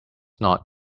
not